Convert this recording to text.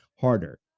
Harder